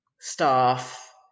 staff